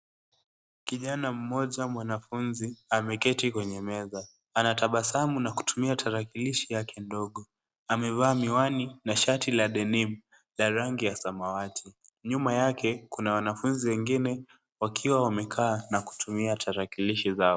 Kijana mmoja mwanafunzi ameketi kwenye meza. Anatabasamu na kutumia tarakilishi yake ndogo. Amevaa miwani na shati la denim la rangi ya samawati. Nyuma yake kuna wanafunzi wengine wakiwa wamekaa na kutumia tarakilishi zao.